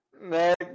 next